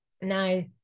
now